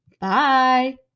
Bye